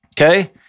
Okay